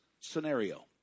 scenario